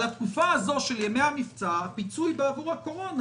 על התקופה הזאת של ימי המבצע הפיצוי בעבור הקורונה